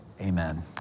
amen